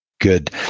Good